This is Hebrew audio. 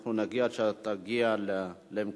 אנחנו נחכה עד שתגיע למקומך.